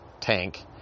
tank